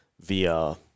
via